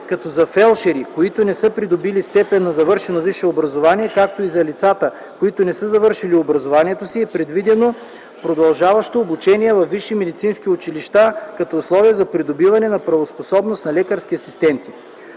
като за фелдшери, които не са придобили степен на завършено висше образование, както и за лицата, които не са завършили образованието си, е предвидено продължаващо обучение във висши медицински училища като условие за придобиване на правоспособност на лекарски асистенти.